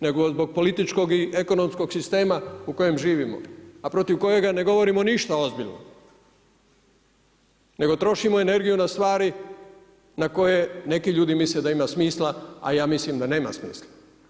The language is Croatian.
Nego zbog političkog i ekonomskog sistema u kojem živimo, a protiv kojega ne govorimo ništa ozbiljno, nego trošimo energiju na stvari na koje neki ljudi misle da ima smisla, a ja mislim da nema smisla.